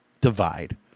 divide